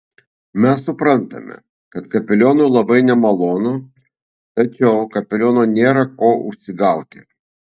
mes suprantame kad kapelionui labai nemalonu tačiau kapelionui nėra ko užsigauti